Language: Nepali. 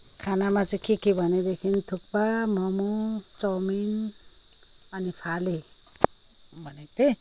खानामा चाहिँ के के भनेदेखि थुक्पा मोमो चाउमिन अनि फाले भनेको थिएँ